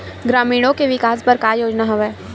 ग्रामीणों के विकास बर का योजना हवय?